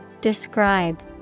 Describe